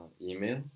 email